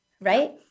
Right